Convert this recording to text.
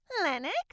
Lennox